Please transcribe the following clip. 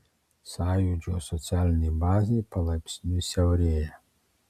sąjūdžio socialinė bazė palaipsniui siaurėja